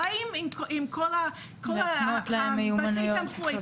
דיי לבתי תמחוי,